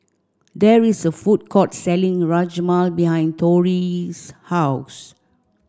there is a food court selling Rajma behind Torie's house